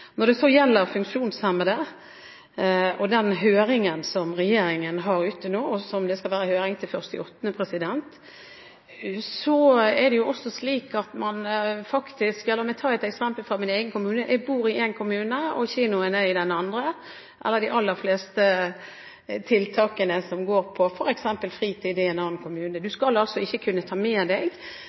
Når det gjelder de funksjonshemmede og den høringen som regjeringen har ute nå, og som det er høringsfrist på 1. august, vil jeg ta et eksempel fra min egen kommune. Jeg bor i én kommune, og kinoen – eller de aller fleste tilbud som går på f.eks. fritid – er i en annen kommune. Du skal altså ikke kunne ta med deg